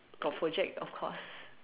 got project of course